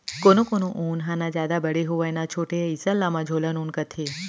कोनो कोनो ऊन ह न जादा बड़े होवय न छोटे अइसन ल मझोलन ऊन कथें